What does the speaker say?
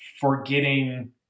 forgetting